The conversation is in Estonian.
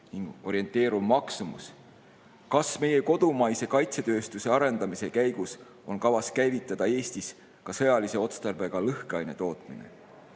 orienteeriv maksumus? Kas meie kodumaise kaitsetööstuse arendamise käigus on kavas käivitada Eestis ka sõjalise otstarbega lõhkeaine tootmine?